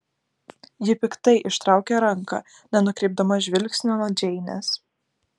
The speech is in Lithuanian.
ji piktai ištraukė ranką nenukreipdama žvilgsnio nuo džeinės